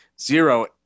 zero